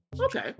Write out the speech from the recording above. Okay